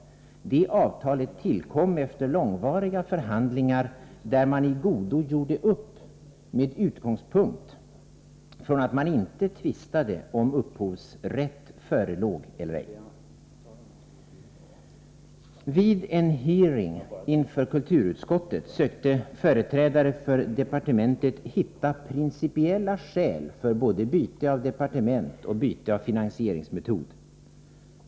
Det avtal som det här är fråga om tillkom efter långvariga förhandlingar, där man i godo gjorde upp med utgångspunkt från att man inte tvistade om huruvida upphovsrätt förelåg — Nr 118 eller ej. Vid en hearing inför kulturutskottet sökte företrädare för departementet hitta principiella skäl för både byte av departement och byte av finansieringsmetod.